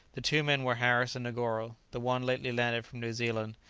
the two men were harris and negoro, the one lately landed from new zealand,